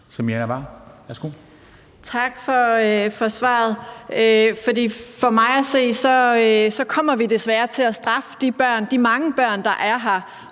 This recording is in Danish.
Tak for svaret. For mig at se kommer vi desværre til at straffe de mange børn, der er her,